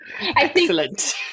Excellent